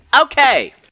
Okay